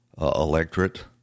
electorate